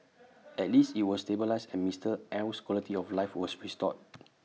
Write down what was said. at least IT was stabilised and Mister L's quality of life was restored